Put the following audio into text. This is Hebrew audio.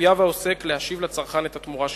יחויב העוסק להשיב לצרכן את התמורה ששילם.